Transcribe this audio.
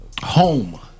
Home